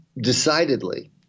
Decidedly